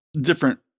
different